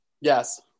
Yes